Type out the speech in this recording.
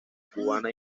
cubana